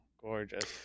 Gorgeous